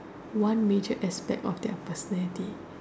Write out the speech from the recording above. one major expect of their personality